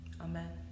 Amen